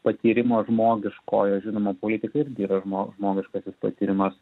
patyrimo žmogiškojo žinoma politika irgi yra žmo žmogiškasis patyrimas